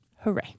Hooray